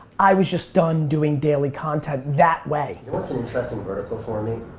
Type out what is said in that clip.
i was just done doing daily content that way. you know what's an interesting vertical for me?